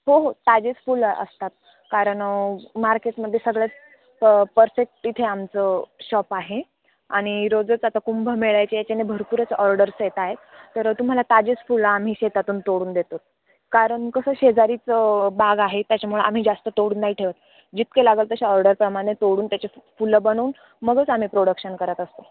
हो हो ताजीच फुलं असतात कारण मार्केटमध्ये सगळ्यात प परफेक्ट इथे आमचं शॉप आहे आणि रोजच आता कुंभमेळ्याच्या याच्याने भरपूरच ऑर्डर्स येत आहेत तर तुम्हाला ताजीच फुलं आम्ही शेतातून तोडून देतो कारण कसं शेजारीच बाग आहे त्याच्यामुळं आम्ही जास्त तोडून नाही ठेवत जितके लागंल तसे ऑर्डरप्रमाणे तोडून त्याचे फ फुलं बनवून मगच आम्ही प्रोडक्शन करत असतो